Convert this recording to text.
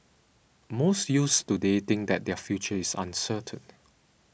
most youths today think that their future is uncertain